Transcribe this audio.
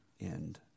end